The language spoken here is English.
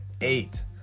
eight